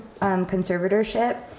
conservatorship